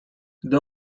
gdy